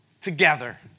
together